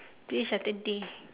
this Saturday